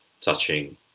touching